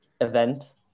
event